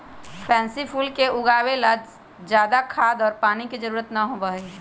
pansy फूल के उगावे ला ज्यादा खाद और पानी के जरूरत ना होबा हई